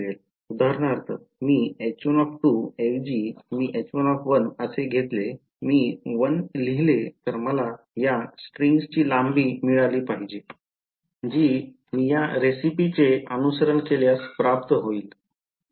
उदाहरणार्थ मी H1 ऐवजी मी H1 असे घेतले मी 1 लिहिले तर मला या स्ट्रिंगची लांबी मिळाली पाहिजे जी मी या रेसिपीचे अनुसरण केल्यास प्राप्त होईल